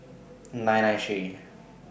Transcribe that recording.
nine nine three